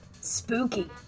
Spooky